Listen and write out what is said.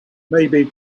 maybe